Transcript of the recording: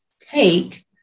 take